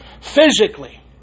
physically